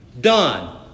Done